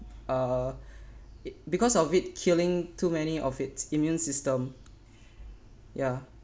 uh it because of it killing two many of its immune system ya